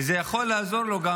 כי זה יכול לעזור לו,